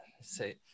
say